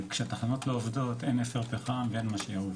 כשהתחנות לא עובדות, אין אפר פחם ואין מה שיעוף.